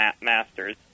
masters